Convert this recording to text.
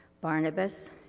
Barnabas